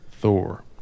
Thor